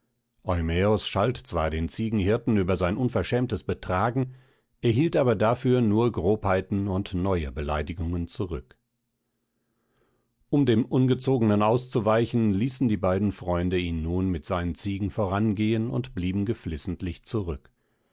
schalt zwar den ziegenhirten über sein unverschämtes betragen erhielt aber dafür nur grobheiten und neue beleidigungen zurück um dem ungezogenen auszuweichen ließen die beiden freunde ihn nun mit seinen ziegen vorangehen und blieben geflissentlich zurück